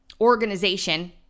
organization